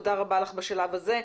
תודה רבה לך בשלב הזה.